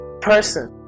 person